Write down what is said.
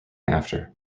after